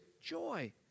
joy